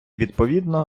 відповідно